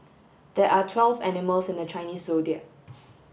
there are twelve animals in the Chinese Zodiac